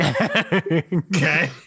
Okay